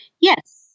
Yes